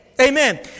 Amen